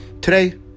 Today